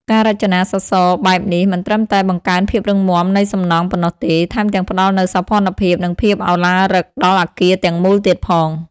ការរចនាសសរបែបនេះមិនត្រឹមតែបង្កើនភាពរឹងមាំនៃសំណង់ប៉ុណ្ណោះទេ ថែមទាំងផ្តល់នូវសោភ័ណភាព និងភាពឱឡារិកដល់អគារទាំងមូលទៀតផង។